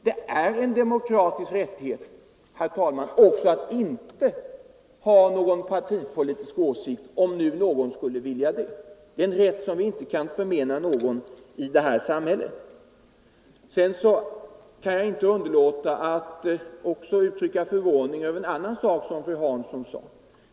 Det är också en demokratisk rättighet, herr talman, att inte ha någon offentlig politisk åsikt. Det är en rätt som vi inte kan förmena någon. Sedan kan jag inte underlåta att uttrycka förvåning över en annan sak som fru Hansson sade.